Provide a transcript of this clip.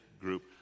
group